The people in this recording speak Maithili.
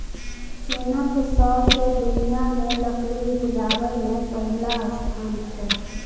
चीनक सौंसे दुनियाँ मे लकड़ी उपजाबै मे पहिल स्थान छै